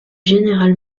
général